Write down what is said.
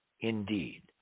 indeed